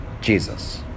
Jesus